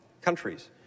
countries